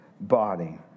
body